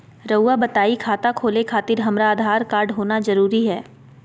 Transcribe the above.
रउआ बताई खाता खोले खातिर हमरा आधार कार्ड होना जरूरी है?